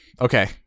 Okay